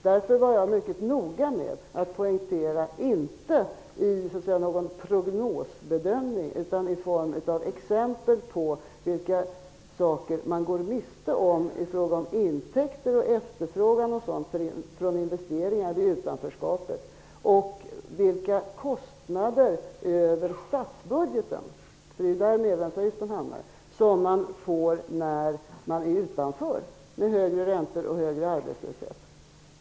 Därför var jag mycket noga med att inte poängtera någon prognosbedömning utan ge exempel på saker som man vid ett utanförskap går miste om i fråga om intäkter, efterfrågan och investeringar. Man får vid ett utanförskap kostnader över statsbudgeten -- där medlemsavgiften skall betalas -- med högre räntor och högre arbetslöshet.